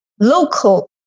local